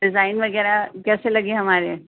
design وغیرہ کیسے لگے ہمارے